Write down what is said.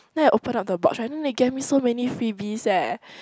then I open up the box right then they gave me so many freebies eh